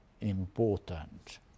important